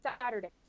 Saturday